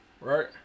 right